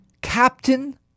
captain